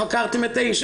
חקרתם את האיש?